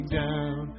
down